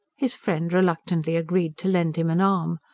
his friend reluctantly agreed to lend him an arm.